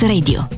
Radio